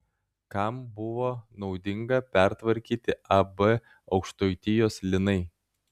kam buvo naudinga pertvarkyti ab aukštaitijos linai